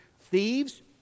thieves